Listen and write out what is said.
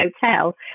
hotel